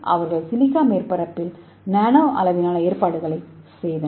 அவர்கள் சிலிக்கா மேற்பரப்பில் நானோ அளவிலான ஏற்பாடுகளைச் செய்தனர்